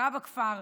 רב הכפר,